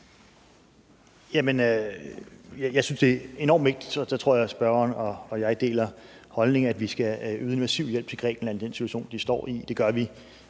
jeg synes, det er enormt vigtigt – og der tror jeg, spørgeren og jeg deler holdning – at vi skal yde massiv hjælp til Grækenland i den situation, de står i. Det gør vi